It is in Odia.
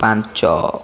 ପାଞ୍ଚ